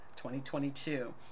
2022